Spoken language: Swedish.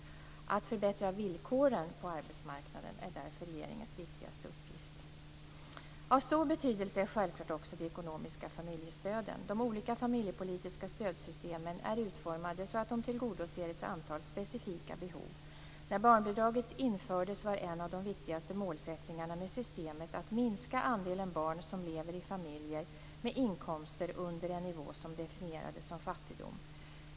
Att förbättra villkoren på arbetsmarknaden är därför regeringens viktigaste uppgift. Av stor betydelse är självklart också de ekonomiska familjestöden. De olika familjepolitiska stödsystemen är utformade så att de tillgodoser ett antal specifika behov. När barnbidraget infördes var en av de viktigaste målsättningarna med systemet att minska andelen barn som lever i familjer med inkomster under en nivå som definierades som fattigdom.